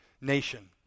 nation